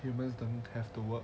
humans than have to work